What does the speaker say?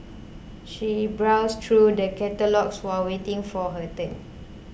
she browsed through the catalogues while waiting for her turn